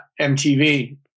MTV